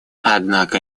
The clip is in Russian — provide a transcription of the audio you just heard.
однако